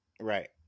right